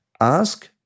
ask